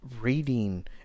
reading